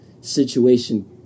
situation